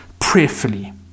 prayerfully